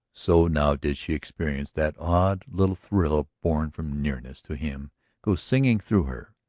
so now did she experience that odd little thrill born from nearness to him go singing through her.